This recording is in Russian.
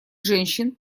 женщин